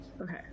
Okay